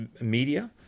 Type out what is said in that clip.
media